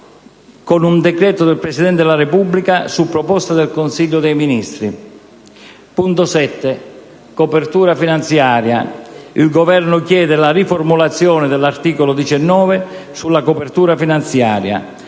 Copertura finanziaria. Il Governo riformula l'articolo 19 sulla copertura finanziaria.